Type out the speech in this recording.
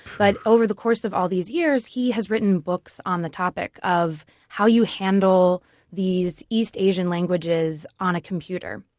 but over the course of all these years, he has written books on the topic of how you handle these east asian languages on a computer.